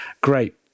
great